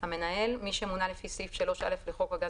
"המנהל" מי שמונה לפי סעיף 3(א) לחוק הגז